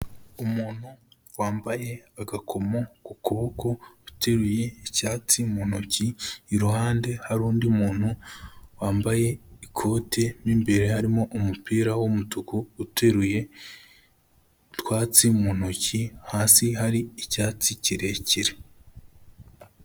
Umuntu wambaye agakomo ku kuboko uteruye icyatsi mu ntoki, iruhande hari undi muntu wambaye ikote mo imbere harimo umupira w'umutuku, uteruye utwatsi mu ntoki, hasi hari icyatsi kirekire.